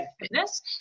fitness